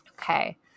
Okay